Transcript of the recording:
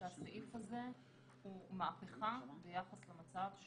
גם ב-PSD לא כתוב שהכסף צריך להופיע אצלו בחשבון הבנק באופן מיידי.